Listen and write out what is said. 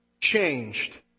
changed